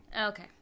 Okay